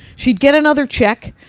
she'd get another check,